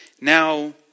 Now